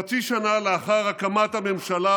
חצי שנה לאחר הקמת הממשלה